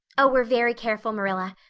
oh, we're very careful, marilla.